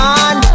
on